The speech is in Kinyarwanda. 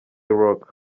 rock